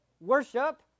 Worship